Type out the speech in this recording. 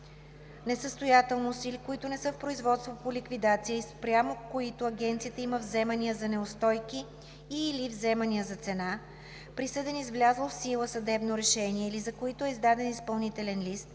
несъстоятелност или които не са в производство по ликвидация и спрямо които Агенцията има вземания за неустойки и/или вземания за цена, присъдени с влязло в сила съдебно решение, или за които е издаден изпълнителен лист,